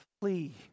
flee